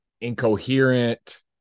incoherent